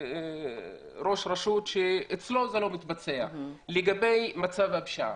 ראש רשות שאצלו זה לא מתבצע לגבי מצב הפשיעה,